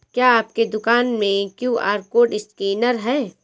क्या आपके दुकान में क्यू.आर कोड स्कैनर है?